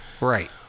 Right